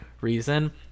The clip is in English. reason